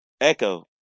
Echo